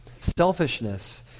Selfishness